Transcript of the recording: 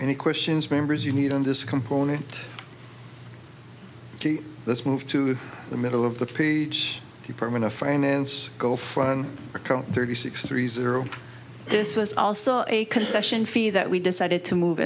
any questions members you need on this component let's move to the middle of the page department of finance go for one account thirty six three zero this was also a concession fee that we decided to move